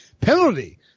Penalty